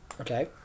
Okay